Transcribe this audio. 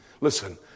Listen